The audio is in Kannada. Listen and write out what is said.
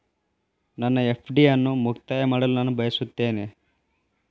ನನ್ನ ಎಫ್.ಡಿ ಅನ್ನು ಮುಕ್ತಾಯ ಮಾಡಲು ನಾನು ಬಯಸುತ್ತೇನೆ